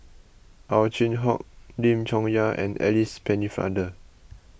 Ow Chin Hock Lim Chong Yah and Alice Pennefather